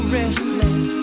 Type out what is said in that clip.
restless